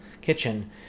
kitchen